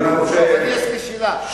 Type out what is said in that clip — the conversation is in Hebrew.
אני חושב שהממשלה,